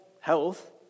health